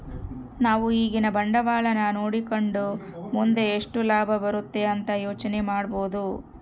ನಾವು ಈಗಿನ ಬಂಡವಾಳನ ನೋಡಕಂಡು ಮುಂದೆ ಎಷ್ಟು ಲಾಭ ಬರುತೆ ಅಂತ ಯೋಚನೆ ಮಾಡಬೋದು